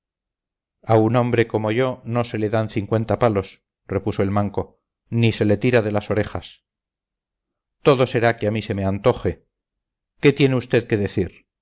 a un hombre como yo no se le dan cincuenta palos repuso el manco ni se le tira de las orejas todo será que a mí se me antoje qué tiene usted que decir